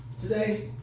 Today